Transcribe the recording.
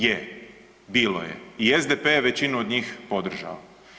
Je, bilo je i SDP je većinu od njih podržao.